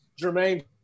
jermaine